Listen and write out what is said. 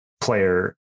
player